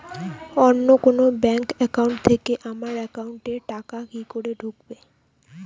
অন্য কোনো bank account থেকে আমার একাউন্ট এ টাকা কি করে ঢুকবে?